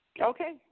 Okay